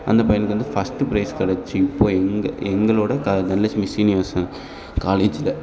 அந்த பையனுக்கு வந்து ஃபஸ்ட்டு ப்ரைஸ் கெடைச்சி இப்போது இங்கே எங்களோடய காலேஜ் தனலட்சுமி சீனிவாசன் காலேஜில்